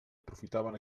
aprofitaven